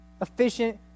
efficient